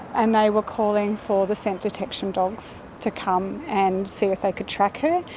and they were calling for the scent detection dogs to come and see if they could track her.